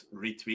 Retweet